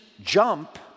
jump